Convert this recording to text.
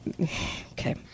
Okay